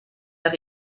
nach